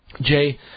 Jay